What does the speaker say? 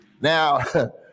Now